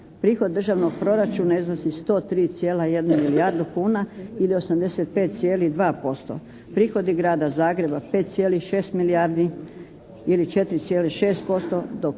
prihod državnog proračuna iznosi 103,1 milijardu kuna ili 85,2%. Prihodi Grada Zagreba 5,6 milijardi ili 4,6% dok